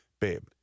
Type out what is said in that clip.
babe